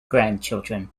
grandchildren